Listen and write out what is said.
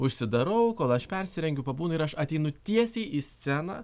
užsidarau kol aš persirengiu pabūnu ir aš ateinu tiesiai į sceną